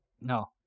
No